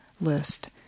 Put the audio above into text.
list